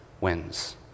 wins